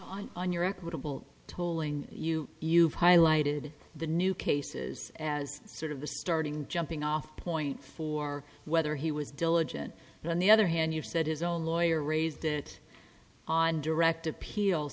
on on your equitable tolling you you've highlighted the new cases as sort of the starting jumping off point for whether he was diligent on the other hand you said his own lawyer raised it on direct